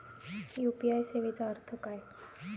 UPI सेवेचा अर्थ काय?